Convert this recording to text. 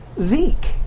Zeke